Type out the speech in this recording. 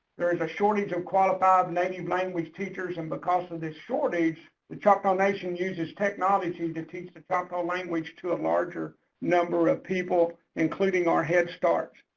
there is a shortage of qualified native language teachers and because of this shortage the choctaw nation uses technology to teach the choctaw language to a larger number of people, including our head starts.